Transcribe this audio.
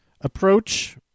approach